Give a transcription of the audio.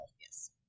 Yes